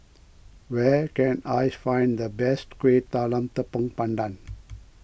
where can I find the best Kueh Talam Tepong Pandan